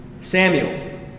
Samuel